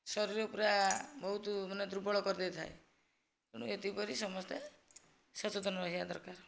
ଶରୀର ପୁରା ବହୁତ ମାନେ ଦୁର୍ବଳ କରିଦେଇଥାଏ ତେଣୁ ଏଥିପ୍ରତି ସମସ୍ତେ ସଚେତନ ରହିବା ଦରକାର